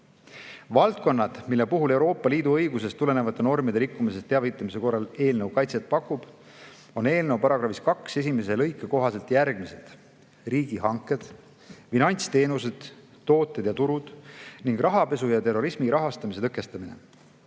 praktikant. Valdkonnad, mille puhul Euroopa Liidu õigusest tulenevate normide rikkumisest teavitamise korral eelnõu kaitset pakub, on eelnõu § 2 lõike 1 kohaselt järgmised: riigihanked; finantsteenused, -tooted ja -turud ning rahapesu ja terrorismi rahastamise tõkestamine;